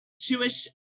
Jewish